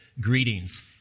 greetings